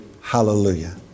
Hallelujah